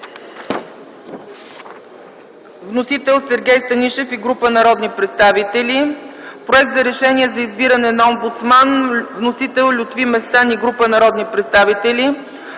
Вносители са Сергей Станишев и група народни представители. Проект за решение за избиране на омбудсман. Вносители са Лютви Местан и група народни представители.